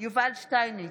יובל שטייניץ,